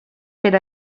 per